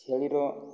ଛେଳିର